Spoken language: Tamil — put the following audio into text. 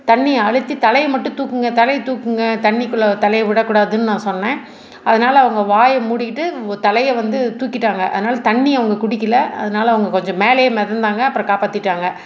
தண்ணியை அழுத்தி தலையை மட்டும் தூக்குங்கள் தலையை தூக்குங்கள் தண்ணிக்குள்ளே தலையை விடக்கூடாதுன்னு நான் சொன்னேன் அதனால் அவங்க வாயை மூடிக்கிட்டு தலையை வந்து தூக்கிட்டாங்க அதனால் தண்ணியை அவங்க குடிக்கல அதனால் அவங்க கொஞ்சம் மேலேயே மிதந்தாங்க அப்புறம் காப்பாற்றிட்டாங்க